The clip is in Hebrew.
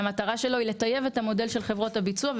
שהמטרה שלו היא לטייב את המודל של חברות הביצוע.